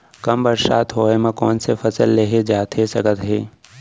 कम बरसात होए मा कौन से फसल लेहे जाथे सकत हे?